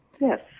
Yes